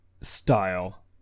style